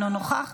אינו נוכח,